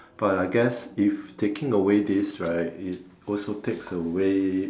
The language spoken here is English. but I guess if taking away this right it also takes away